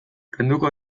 kenduko